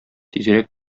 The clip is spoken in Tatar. тизрәк